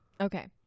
Okay